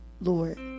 Lord